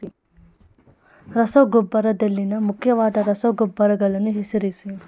ರಸಗೊಬ್ಬರದಲ್ಲಿನ ಮುಖ್ಯವಾದ ರಸಗೊಬ್ಬರಗಳನ್ನು ಹೆಸರಿಸಿ?